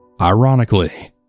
Ironically